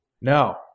No